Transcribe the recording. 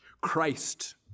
Christ